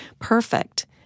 perfect